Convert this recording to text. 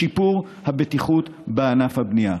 בשיפור הבטיחות בענף הבנייה.